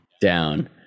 Down